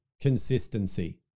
consistency